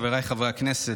חבריי חברי הכנסת,